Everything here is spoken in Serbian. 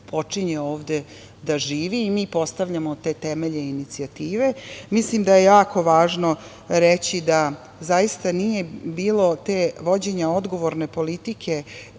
počinje ovde da živi i mi postavljamo te temelje inicijative. Mislim da je jako važno reći zaista, da nije bilo vođenja te odgovorne politike,